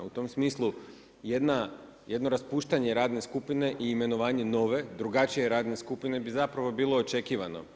U tom smislu jedno raspuštanje radnje skupine i imenovanje nove, drugačije radne skupine bi zapravo bilo očekivano.